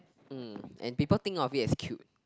mm and people think of it as cute